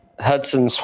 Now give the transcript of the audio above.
Hudson